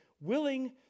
willing